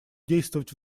действовать